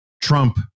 Trump